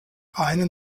einen